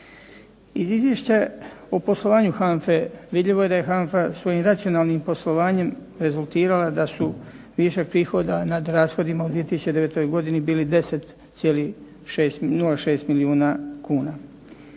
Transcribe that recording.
Iz izvješća o poslovanju HANFA-e vidljivo je da je HANFA svojim racionalnim poslovanjem rezultirala da su višak prihoda nad rashodima u 2009. godini bili 10,06 milijuna kuna.